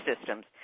systems